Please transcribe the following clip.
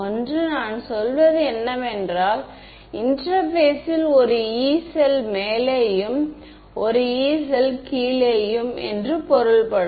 ஒன்று நான் சொல்வது என்னவென்றால் இன்டெர்பேஸில் ஒரு யீ செல் மேலேயும் ஒரு யீ செல் கீழேயும் என்று பொருள் படும்